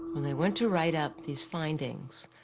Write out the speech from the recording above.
when they went to write up these findings,